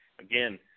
Again